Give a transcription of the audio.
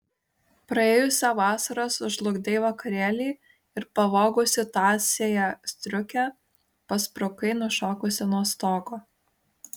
praėjusią vasarą sužlugdei vakarėlį ir pavogusi tąsiąją striukę pasprukai nušokusi nuo stogo